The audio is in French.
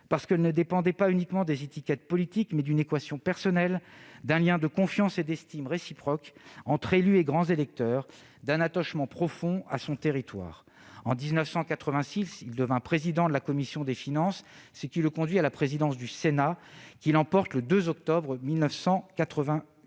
parce qu'elle ne dépendait pas uniquement des étiquettes politiques, mais aussi d'une équation personnelle, d'un lien de confiance et d'estime réciproque entre élu et grands électeurs, d'un attachement profond à un territoire. En 1986, il devient président de la commission des finances, ce qui le conduit à la présidence du Sénat, qu'il emporte le 2 octobre 1998,